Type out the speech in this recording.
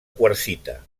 quarsita